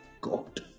God